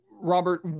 Robert